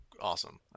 awesome